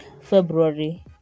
february